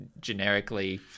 generically